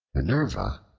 minerva,